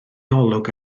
olwg